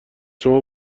شما